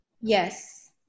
Yes